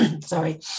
sorry